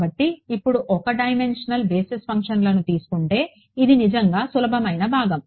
కాబట్టి ఇప్పుడు ఒక డైమెన్షనల్ బేసిస్ ఫంక్షన్లను తీసుకుంటే ఇది నిజంగా సులభమైన భాగం